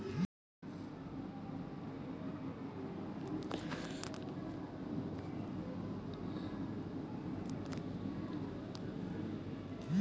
EFT लेनदेन के अलग देशो आरु विभिन्न भुगतान प्रणाली मे बहुते नाम से जानलो जाय छै